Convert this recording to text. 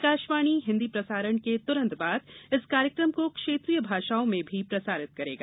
आकाशवाणी हिन्दी प्रसारण के तूरंत बाद इस कार्यक्रम को क्षेत्रीय भाषाओं में भी प्रसारित करेगा